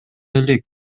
элек